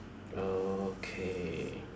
okay